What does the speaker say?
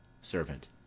Servant